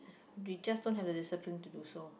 we just don't have the discipline to do so